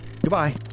goodbye